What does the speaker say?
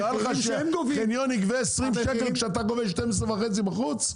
נראה לך שחניון יגבה 20 שקל כשאתה גובה 12.5 בחוץ?